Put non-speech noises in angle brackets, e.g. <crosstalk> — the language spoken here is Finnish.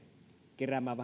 keräämään <unintelligible>